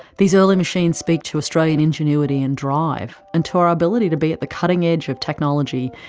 these early machines speak to australian ingenuity and drive, and to our ability to be at the cutting-edge of technology,